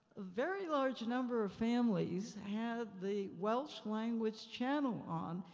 very large number of families had the welsh language channel on,